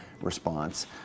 response